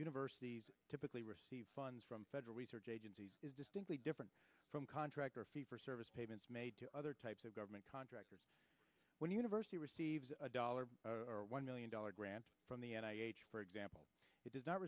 universities typically receive funds from federal research is distinctly different from contract or a fee for service payments made to other types of government contract when university receives a dollar or one million dollar grant from the for example it does not